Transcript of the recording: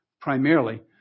primarily